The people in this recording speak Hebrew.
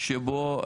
שבו